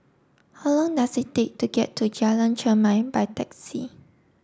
how long does it take to get to Jalan Chermai by taxi